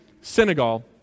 Senegal